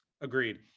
Agreed